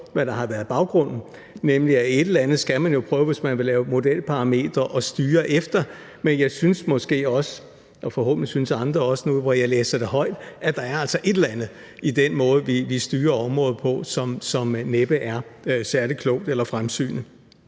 hvad der har været baggrunden, nemlig at et eller andet skal man jo prøve, hvis man vil lave modelparametre at styre efter, men jeg synes måske også – og det gør andre forhåbentlig også nu, hvor jeg læser det højt – at der altså er et eller andet i den måde, vi styrer området på, som næppe er særlig klogt eller fremsynet.